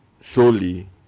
solely